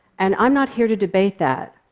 and i'm not here to debate that.